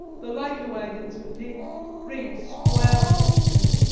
the leiter-wagons contained great, square boxes,